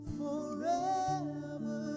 forever